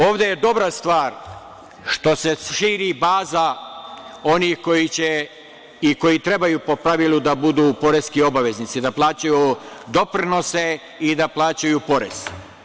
Ovde je dobra stvar što se širi baza onih koji će i koji trebaju po pravilu da budu poreski obveznici, da plaćaju doprinose i da plaćaju porez.